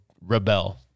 rebel